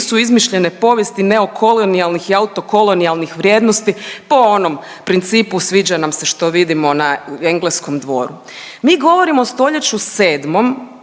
izmišljene povijesti neokolonijalnih i autokolonijalnih vrijednosti po onom principu sviđa nam se što vidimo na engleskom dvoru. Mi govorimo o stoljeću 7.